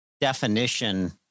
definition